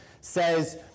says